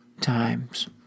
times